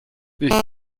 ich